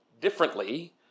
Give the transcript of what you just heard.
differently